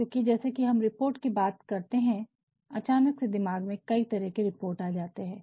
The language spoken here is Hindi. क्योंकि जैसे ही हम रिपोर्ट की बात करते हैं अचानक से आपके दिमाग में कई तरह के रिपोर्ट आ जाते हैं